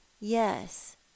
yes